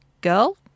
Girl